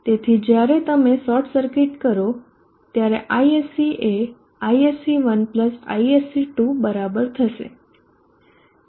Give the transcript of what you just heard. તેથી જ્યારે તમે શોર્ટ સર્કિટ કરો ત્યારે Isc એ Isc1 Isc2 બરાબર થશે